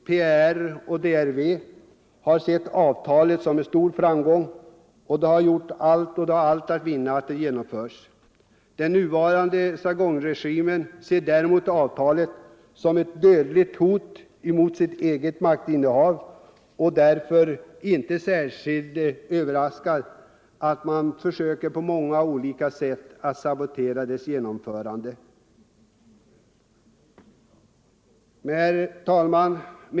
PRR och DRV har sett avtalet som en stor framgång och har allt att vinna på att det genomförs. Den nuvarande Saigonregimen ser däremot avtalet som ett dödligt hot mot sitt eget maktinnehav. Det är därför inte särskilt överraskande att man på otaliga sätt försöker sabotera avtalets genomförande. Herr talman!